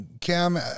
Cam